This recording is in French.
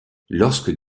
lorsque